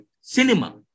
cinema